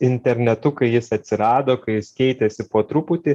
internetu kai jis atsirado kai jis keitėsi po truputį